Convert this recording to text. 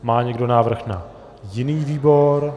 Má někdo návrh na jiný výbor?